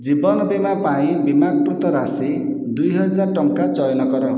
ଜୀବନ ବୀମା ପାଇଁ ବୀମାକୃତ ରାଶି ଦୁଇ ହଜାର ଟଙ୍କା ଚୟନ କର